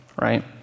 right